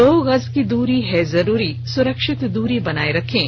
दो गज की दूरी है जरूरी सुरक्षित दूरी बनाए रखें